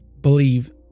believe